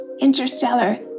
Interstellar